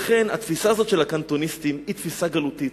לכן התפיסה של הקנטוניסטים היא תפיסה גלותית,